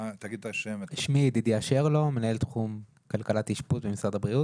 אני מנהל תחום כלכלת אשפוז במשרד הבריאות.